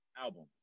album